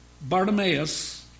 Bartimaeus